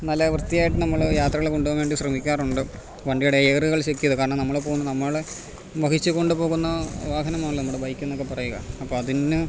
നല്ല വൃത്തിയായിട്ട് നമ്മൾ യാത്രകളിൽ കൊണ്ടു പോകാൻ വേണ്ടി ശ്രമിക്കാറുണ്ട് വണ്ടിയുടെ ഗിയറുകൾ ചെക്ക് ചെയ്ത് കാരണം നമ്മൾ പോകുന്നത് നമ്മൾ വഹിച്ചു കൊണ്ടു പോകുന്നത് വാഹനമാണല്ലോ നമ്മുടെ ബൈക്ക് എന്നൊക്കെ പറയുക അപ്പോൾ അതിന്